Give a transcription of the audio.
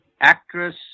actress